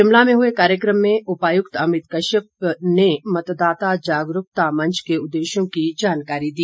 शिमला में हुए कार्यक्रम में उपायुक्त अमित कश्यप में मतदाता जागरूकता मंच के उद्देश्यों की जानकारी दी